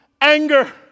anger